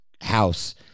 house